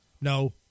no